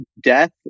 death